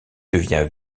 devient